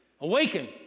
awaken